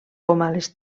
les